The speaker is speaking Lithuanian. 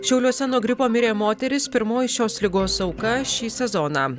šiauliuose nuo gripo mirė moteris pirmoji šios ligos auka šį sezoną